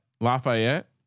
Lafayette